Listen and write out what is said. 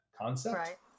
concept